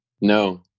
no